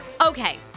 Okay